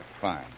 Fine